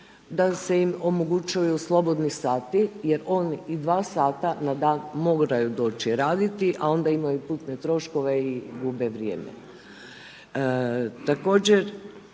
da im se omogućuju slobodni sati jer one i 2 sata na dan moraju doći raditi a onda imaju putne troškove i gube vrijeme.